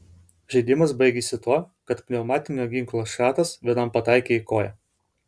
žaidimas baigėsi tuo kad pneumatinio ginklo šratas vienam pataikė į koją